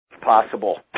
possible